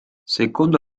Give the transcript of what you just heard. secondo